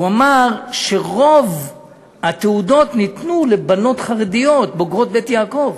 הוא אמר שרוב התעודות ניתנו לבנות חרדיות בוגרות "בית יעקב".